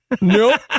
Nope